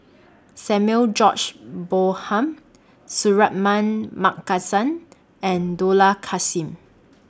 Samuel George Bonham Suratman Markasan and Dollah Kassim